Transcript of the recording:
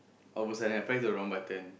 all of a sudden I press the wrong button